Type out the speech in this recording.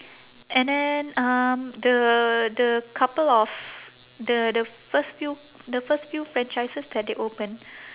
and then um the the couple of the the first few the first few franchises that they open